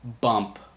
bump